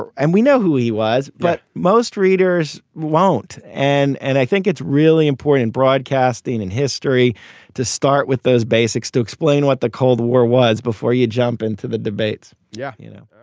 but and we know who he was, but most readers won't. and and i think it's really important in broadcasting in history to start with those basics, to explain what the cold war was before you jump into the debates yeah. you know,